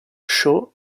shaw